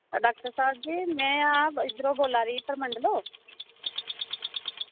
ओह् डॉक्टर साहब जी ओह् में आं इद्धर दा बोल्ला नी परमंडल आ